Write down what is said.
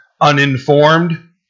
uninformed